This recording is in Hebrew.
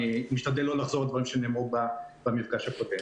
אני משתדל לא לחזור על דברים שנאמרו במפגש הקודם.